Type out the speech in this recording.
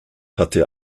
hatte